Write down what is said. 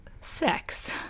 sex